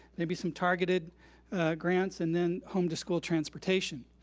maybe some targeted grants, and then home to school transportation.